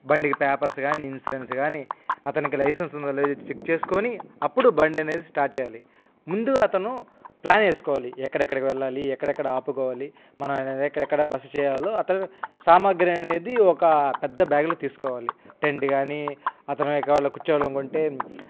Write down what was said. బండికి పేపర్స్ కానీ ఇన్సూరెన్స్ కానీ అతనికి లైసెన్స్ ఉందా లేదో చెక్ చేసుకుని అప్పుడు బండి అనేది స్టార్ట్ చెయ్యాలి ముందు అతను ప్లాన్ వేసుకోవాలి ఎక్కడెక్కడికి వెళ్ళాలి ఎక్కడెక్కడ ఆపుకోవాలి మనం ఎక్కడెక్కడ బస చెయ్యాలో అతను సామాగ్రి అనేది ఒక పెద్ద బ్యాగ్లో తీసుకోవాలి టెంట్ కానీ అతను ఎక్కడ కుర్చోవాలనుకుంటే